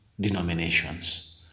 denominations